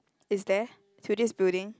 is there through this building